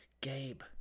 Gabe